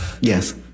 Yes